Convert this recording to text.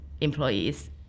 employees